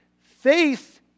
Faith